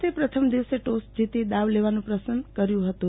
ભારતે પ્રથમ દિવસે ટોસ જીતી દાવ લેવાનું પસંદ કર્યું હતું